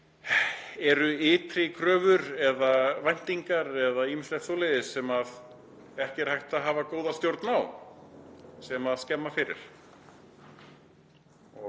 eru ytri kröfur eða væntingar eða ýmislegt svoleiðis sem ekki er hægt að hafa góða stjórn á sem skemma fyrir. Ég